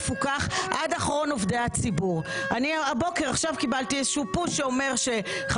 אחרי שחלום הבלהות הזה יעבור מן העולם,